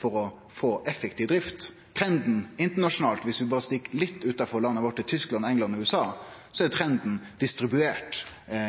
for å få effektiv drift. Trenden internasjonalt, viss vi berre stikk hovudet litt utanfor landet vårt – til Tyskland, England og USA – så er trenden distribuert